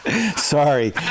Sorry